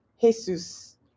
Jesus